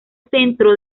centro